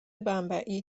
بمبئی